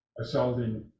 assaulting